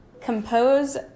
compose